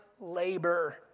labor